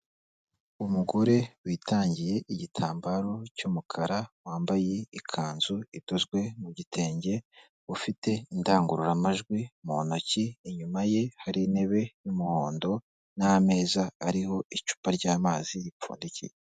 Umugore witangiye igitambaro cy'umukara, wambaye ikanzu idozwe mu gitenge, ufite indangururamajwi mu ntoki, inyuma ye hari intebe y'umuhondo, n'ameza ariho icupa ry'amazi ripfundikiye.